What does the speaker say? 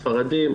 ספרדים,